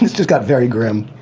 just just got very grim.